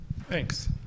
Thanks